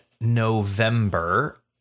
November